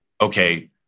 Okay